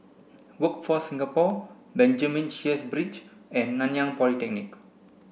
Workforce Singapore Benjamin Sheares Bridge and Nanyang Polytechnic